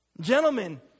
Gentlemen